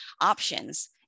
options